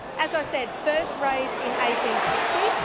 as i said, first raised in eighteen sixty s,